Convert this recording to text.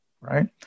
right